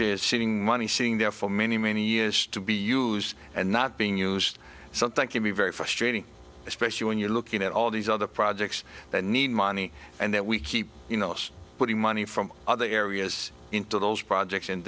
is sitting money sitting there for many many years to be used and not being used something can be very frustrating especially when you're looking at all these other projects that need money and that we keep you know it's putting money from other areas into those projects and